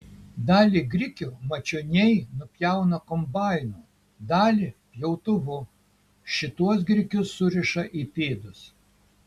dalį grikių mačioniai nupjauna kombainu dalį pjautuvu šituos grikius suriša į pėdus